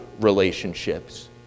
relationships